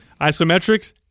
Isometrics